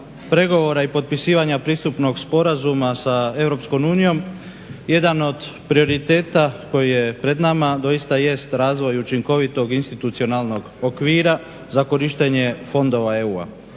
pregovora i potpisivanja Pristupnog sporazuma sa Europskom unijom jedan od prioriteta koji je pred nama doista jest razvoj učinkovitog institucionalnog okvira za korištenje fondova EU-a.